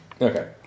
Okay